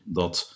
dat